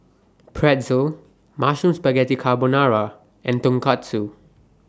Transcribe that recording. Pretzel Mushroom Spaghetti Carbonara and Tonkatsu